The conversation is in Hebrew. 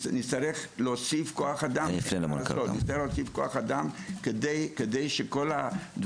נצטרך להוסיף כוח אדם כי אין מה לעשות.